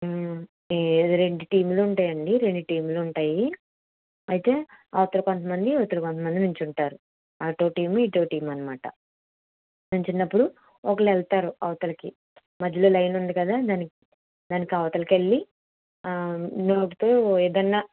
ఏవైనా రెండు టీములు ఉంటాయి అండి రెండు టీములు ఉంటాయి అయితే అవతల కొంతమంది ఇవతల కొంతమంది నిలుచుంటారు అటో టీము ఇటో టీము అన్నమాట నిలుచున్నప్పుడు ఒకరు వెళతారు అవతలకి మధ్యలో లైన్ ఉంది కదా దాన్ని దానికి అవతలకి వెళ్ళి నూకుతు ఏదన్న